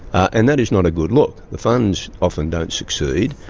and that is not a good look. the funds often don't succeed,